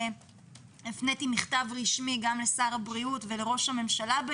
הפניתי מכתב רשמי לשר הבריאות ולראש הממשלה,